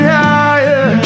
higher